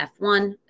F1